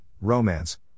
romance